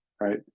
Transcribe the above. right